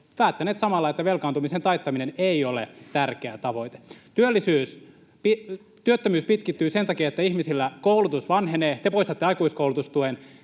päättäneet samalla, että velkaantumisen taittaminen ei ole tärkeä tavoite. Työttömyys pitkittyy sen takia, että ihmisillä koulutus vanhenee — te poistatte aikuiskoulutustuen.